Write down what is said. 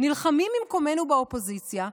נלחמים ממקומנו באופוזיציה,